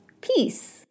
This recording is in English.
Peace